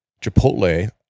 Chipotle